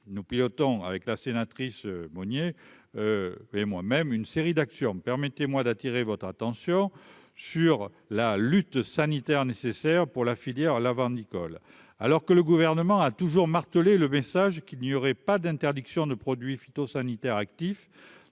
nous pilotant avec la sénatrice Monnier et moi-même, une série d'actions, permettez-moi d'attirer votre attention sur la lutte sanitaire nécessaire pour la filière l'avoir Nicole alors que le gouvernement a toujours martelé le message qu'il n'y aurait pas d'interdiction de produits phytosanitaires, actif